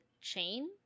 chain